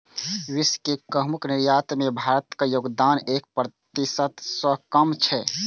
विश्व के गहूम निर्यात मे भारतक योगदान एक प्रतिशत सं कम छै